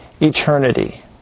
eternity